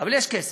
אבל יש כסף.